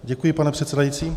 Děkuji, pane předsedající.